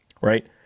right